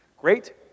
Great